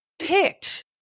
picked